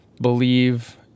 believe